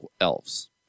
elves